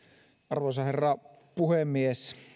arvoisa herra puhemies